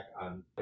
on